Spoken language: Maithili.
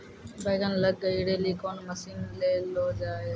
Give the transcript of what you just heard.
बैंगन लग गई रैली कौन मसीन ले लो जाए?